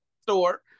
store